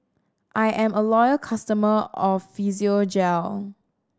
I am a loyal customer of Physiogel